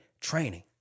training